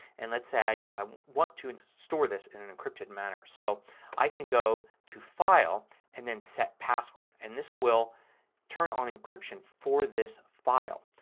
and let's say i um want to store this in an encrypted manner. so i can go to file and then set password. and this will turn on encryption for this file.